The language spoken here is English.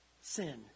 sin